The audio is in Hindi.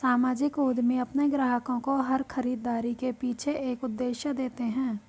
सामाजिक उद्यमी अपने ग्राहकों को हर खरीदारी के पीछे एक उद्देश्य देते हैं